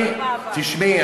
תשמעי,